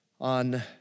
on